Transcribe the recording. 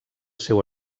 seu